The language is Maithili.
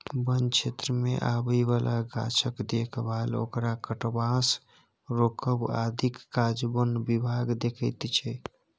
बन क्षेत्रमे आबय बला गाछक देखभाल ओकरा कटबासँ रोकब आदिक काज बन विभाग देखैत छै